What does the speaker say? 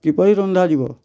କିପରି ରନ୍ଧାଯିବ